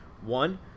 One